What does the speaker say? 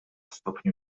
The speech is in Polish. stopniu